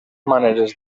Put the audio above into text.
maneres